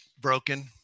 broken